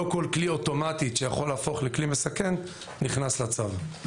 לא כל כלי אוטומטית שיכול להפוך לכלי מסכן נכנס לצו.